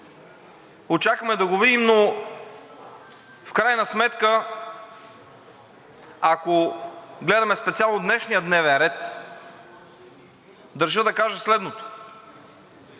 очакваме да го видим, но в крайна сметка, ако гледаме специално днешния дневен ред, държа да кажа следното.